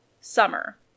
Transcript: summer